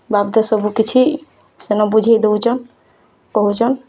ବାବ୍ଦେ ସବୁକିଛି ସେନ ବୁଝେଇ ଦଉଛନ୍ କହୁଛନ୍